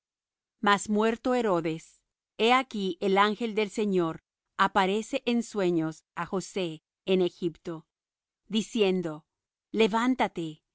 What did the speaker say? mas muerto herodes he aquí el ángel del señor aparece en sueños á josé en egipto diciendo levántate y